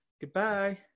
Goodbye